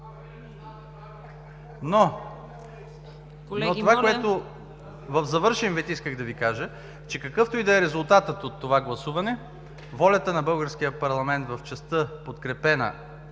но това, което в завършен вид исках да Ви кажа, че какъвто и да е резултатът от това гласуване, волята на българския парламент в частта, подкрепена